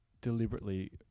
deliberately